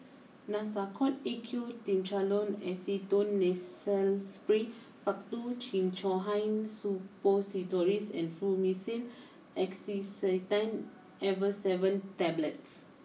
Nasacort A Q Triamcinolone Acetonide Nasal Spray Faktu Cinchocaine Suppositories and Fluimucil Acetylcysteine Effervescent Tablets